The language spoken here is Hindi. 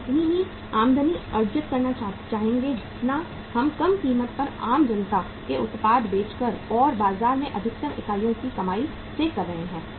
हम उतनी ही आमदनी अर्जित करना चाहेंगे जितना हम कम कीमत पर आम जनता के उत्पाद बेचकर और बाजार में अधिकतम इकाइयों की कमाई से कर रहे हैं